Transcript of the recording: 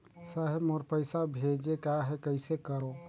साहेब मोर पइसा भेजेक आहे, कइसे करो?